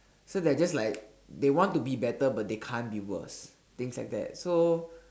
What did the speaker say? so they're just like they want to be better but they can't be worse things like that so